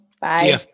Bye